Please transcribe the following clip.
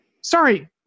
Sorry